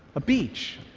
a beach,